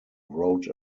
wrote